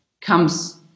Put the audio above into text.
comes